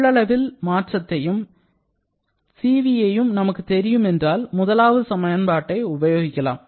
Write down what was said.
கொள்ளளவில் மாற்றத்தையும் Cv ஐயும் நமக்குத் தெரியும் என்றால் முதலாவது சமன்பாட்டை உபயோகிக்கலாம்